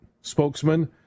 spokesman